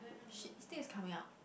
shit this thing is coming out